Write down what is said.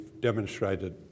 demonstrated